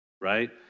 Right